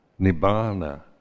Nibbana